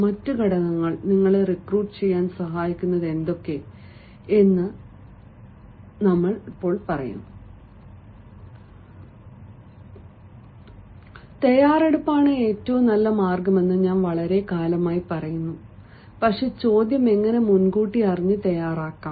മറ്റ് ഘടകങ്ങൾ നിങ്ങളെ റിക്രൂട്ട് ചെയ്യാൻ സഹായിക്കുന്നത് എന്ന് ഞാൻ പറയുമ്പോൾ മറ്റ് കാറ്റഗറി ഘടകങ്ങൾ സമീപിക്കാൻ ഞാൻ അർത്ഥമാക്കുന്നില്ല കാരണം തയ്യാറെടുപ്പാണ് ഏറ്റവും നല്ല മാർഗ്ഗമെന്ന് ഞാൻ വളരെക്കാലമായി പറയുന്നു പക്ഷേ ചോദ്യം എങ്ങനെ മുൻകൂട്ടി അറിഞ്ഞു തയ്യാറാക്കാം